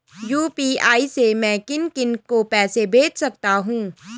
UPI से मैं किन किन को पैसे भेज सकता हूँ?